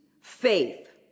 faith